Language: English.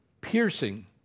piercing